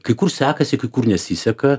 kai kur sekasi kur nesiseka